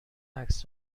عکس